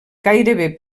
gairebé